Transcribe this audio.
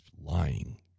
lying